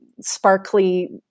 sparkly